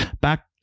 back